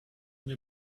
mir